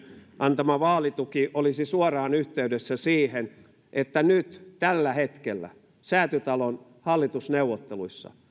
antama vaalituki olisi suoraan yhteydessä siihen että nyt tällä hetkellä säätytalon hallitusneuvotteluissa